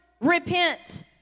Repent